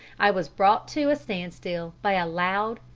i was brought to a standstill by a loud,